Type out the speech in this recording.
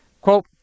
Quote